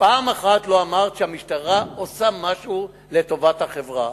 פעם אחת לא אמרת שהמשטרה עושה משהו לטובת החברה.